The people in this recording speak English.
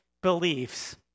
beliefs